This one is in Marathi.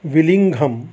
विलिंघम